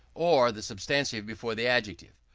or the substantive before the adjective?